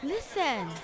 listen